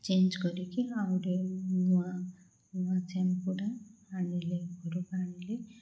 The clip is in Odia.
ଚେଞ୍ଜ କରିକି ଆହୁରି ନୂଆ ନୂଆ ଶାମ୍ପୁଟା ଆଣିଲେ ଘରକୁ ଆଣିଲେ